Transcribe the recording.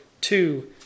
two